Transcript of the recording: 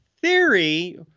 theory